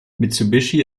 mitsubishi